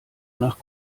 nach